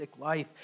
life